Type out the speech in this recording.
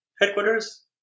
headquarters